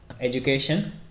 education